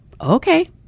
Okay